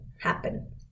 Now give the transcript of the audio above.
happen